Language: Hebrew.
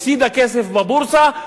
הפסידה כסף בבורסה,